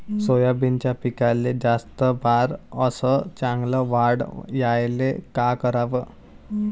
सोयाबीनच्या पिकाले जास्त बार अस चांगल्या वाढ यायले का कराव?